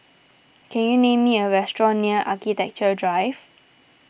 can you me a restaurant near Architecture Drive